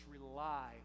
rely